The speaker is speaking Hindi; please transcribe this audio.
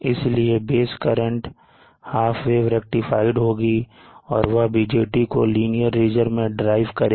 इसलिए base current half wave rectified होगी और वह BJT को linear रीजन में ड्राइव करेगी